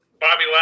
Bobby